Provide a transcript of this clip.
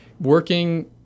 working